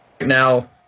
now –